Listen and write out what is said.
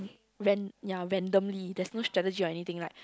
ran~ ya randomly there's no strategic on anything right